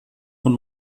von